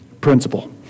principle